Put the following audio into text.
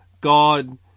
God